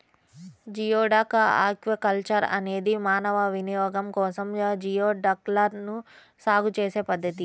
geoduck aquaculture అనేది మానవ వినియోగం కోసం జియోడక్లను సాగు చేసే పద్ధతి